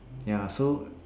ya so